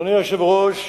אדוני היושב-ראש,